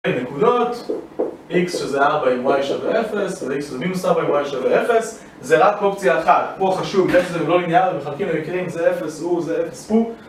נקודות x שזה ארבע עם y שווה אפס וx זה מינוס ארבע עם y שווה אפס זה רק אופציה אחת, פה חשוב איך זה מלוא לינארי ומחלקים למקרים זה אפס הוא זה אפס הוא